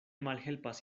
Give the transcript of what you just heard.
malhelpas